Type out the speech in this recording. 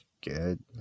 good